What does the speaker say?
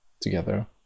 together